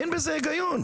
אין בזה הגיון.